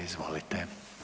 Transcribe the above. Izvolite.